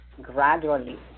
gradually